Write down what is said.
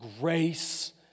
grace